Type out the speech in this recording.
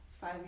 five